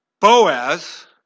Boaz